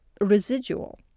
residual